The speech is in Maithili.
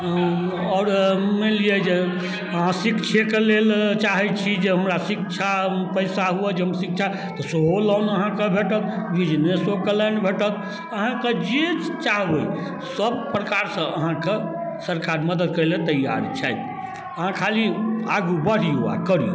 आओर मानि लिअऽ जे अहाँ शिक्षेके लेल चाहै छी जे हमरा शिक्षा पइसा हुअए जे हम शिक्षा तऽ सेहो लोन अहाँके भेटत बिजनेसोके लोन भेटत अहाँके जे चाहबै सब प्रकारसँ अहाँके सरकार मदद करैलए तैआर छथि अहाँ खाली आगू बढ़िऔ आओर करिऔ